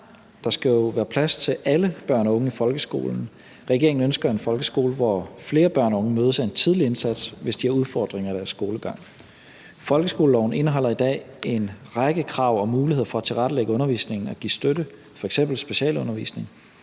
Der skal jo være plads til alle børn og unge i folkeskolen. Regeringen ønsker en folkeskole, hvor flere børn og unge mødes af en tidlig indsats, hvis de har udfordringer i deres skolegang. Folkeskoleloven indeholder i dag en række krav om mulighed for at tilrettelægge undervisningen og give støtte, f.eks. specialundervisning.